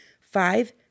five